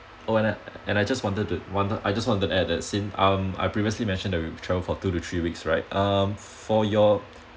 oh and I and I just wanted to wonder I just wanted to add sin~ um I previously mentioned that we travel for two to three weeks right um for your